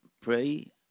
pray